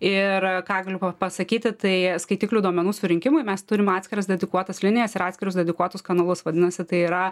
ir ką galiu pa pasakyti tai skaitiklių duomenų surinkimui mes turim atskiras dedikuotas linijas ir atskirus dedikuotus kanalus vadinasi tai yra